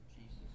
Jesus